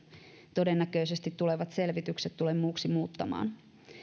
todennäköisesti tulevat selvitykset tule muuksi muuttamaan